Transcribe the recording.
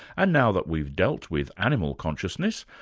and now that we've dealt with animal consciousness,